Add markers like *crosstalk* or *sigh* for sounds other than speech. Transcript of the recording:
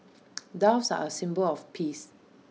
*noise* doves are A symbol of peace